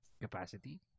capacity